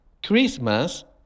Christmas